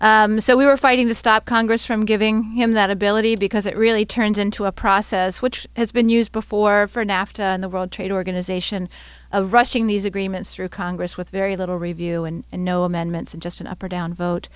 so we were fighting to stop congress from giving him that ability because it really turns into a process which has been used before for nafta and the world trade organization a rushing these agreements through congress with very little review and no amendments just an up or down